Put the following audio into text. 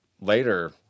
later